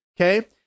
okay